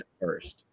first